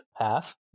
half